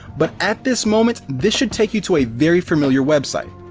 but at this moment this should take you to a very familiar website.